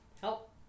Help